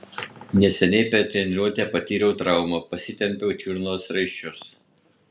neseniai per treniruotę patyriau traumą pasitempiau čiurnos raiščius